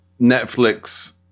Netflix